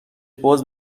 باز